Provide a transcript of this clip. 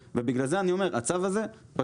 ובגלל זה אני אומר, הצו הזה פשוט